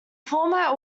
format